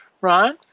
Ryan